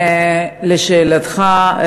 לשאלתך,